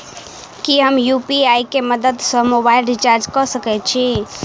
की हम यु.पी.आई केँ मदद सँ मोबाइल रीचार्ज कऽ सकैत छी?